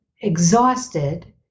exhausted